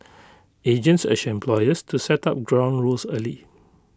agents urged employers to set up ground rules early